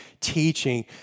teaching